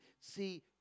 See